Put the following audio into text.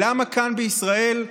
למה כאן, בישראל,